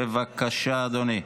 בבקשה, אדוני.